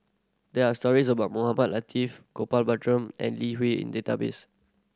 there are stories about Mohamed Latiff Gopal and Lee Hui in database